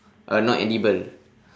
uh not edible